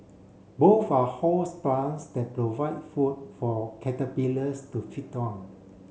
both are host plants that provide food for caterpillars to feed on